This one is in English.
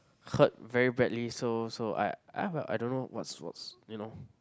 hurt very badly so so I I I don't know what's what's you know